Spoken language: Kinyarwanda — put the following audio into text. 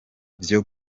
vyo